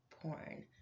porn